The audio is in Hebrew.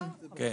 כן.